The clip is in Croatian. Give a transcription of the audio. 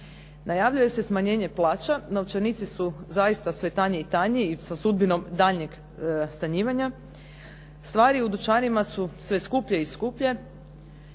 Najavljuje se smanjenje plaća, novčanici su zaista sve tanji i tanji i sa sudbinom sve daljeg stanjivanja. Stvari u dućanima su sve skuplje i skuplje